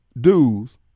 dues